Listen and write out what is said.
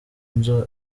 nzu